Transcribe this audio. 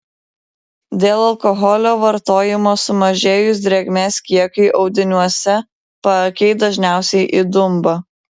dėl alkoholio vartojimo sumažėjus drėgmės kiekiui audiniuose paakiai dažniausiai įdumba